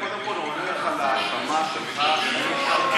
קודם כול אני עונה לך על האשמה שלך, אני